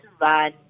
run